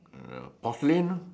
I don't know porcelain orh